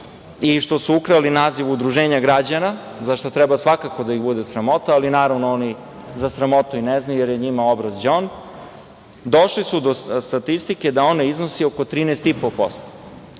i što su ukrali naziv udruženja građana, za šta treba svakako da ih bude sramota, ali, naravno, oni za sramotu i ne znaju, jer je njima obraz đon, došli su do statistike da ona iznosi oko 13,5%,